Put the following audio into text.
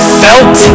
felt